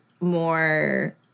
more